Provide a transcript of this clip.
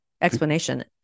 explanation